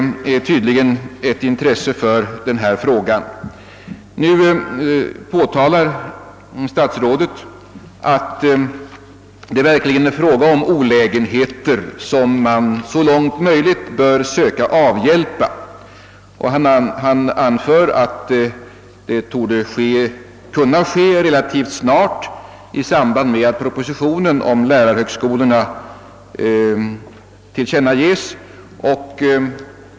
Nu säger statsrådet att det verkligen är fråga om olägenheter, som man så långt möjligt bör avhjälpa. Han anför att det torde kunna ske relativt snart i samband med att propositionen om lärarhögskolorna presenteras.